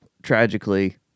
Tragically